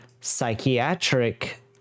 psychiatric